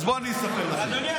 אז בואו אני אספר לכם.